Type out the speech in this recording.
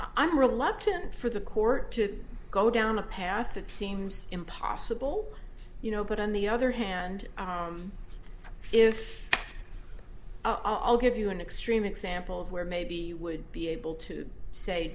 i'm reluctant for the court to go down a path that seems impossible you know but on the other hand if i'll give you an extreme example where maybe you would be able to say